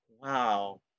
wow